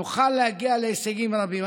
נוכל להגיע להישגים רבים.